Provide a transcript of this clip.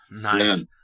Nice